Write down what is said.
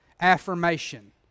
affirmation